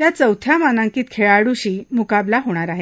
या चौथ्या मानांकित खेळाडूशी मुकाबला होणार आहे